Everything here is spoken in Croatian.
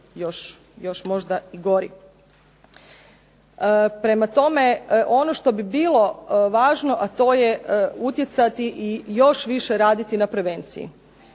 još možda i gori. Prema tome, ono što bi bilo važno a to je utjecati i još više raditi na prevenciji.